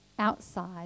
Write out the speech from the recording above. outside